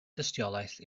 dystiolaeth